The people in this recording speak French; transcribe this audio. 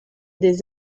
des